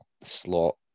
slot